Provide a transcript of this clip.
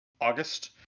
August